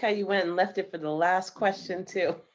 yeah you went and left it for the last question, too.